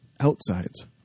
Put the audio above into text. outsides